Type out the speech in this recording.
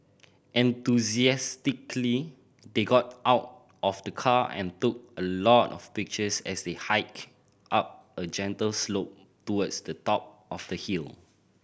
enthusiastically they got out of the car and took a lot of pictures as they hiked up a gentle slope towards the top of the hill